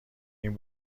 این